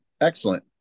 Excellent